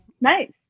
nice